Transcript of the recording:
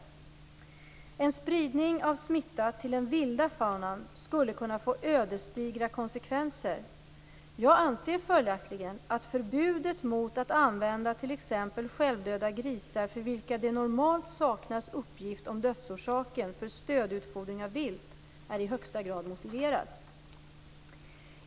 En spridning av smitta till den vilda faunan skulle kunna få ödesdigra konsekvenser. Jag anser följaktligen att förbudet mot att använda t.ex. självdöda grisar, för vilka det normalt saknas uppgift om dödsorsaken, för stödutfodring av vilt är i högsta grad motiverat.